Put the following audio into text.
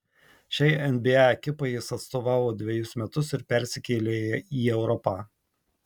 šiai nba ekipai jis atstovavo dvejus metus ir persikėlė į europą